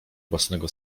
własnego